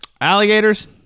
alligators